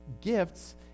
gifts